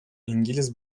i̇ngiliz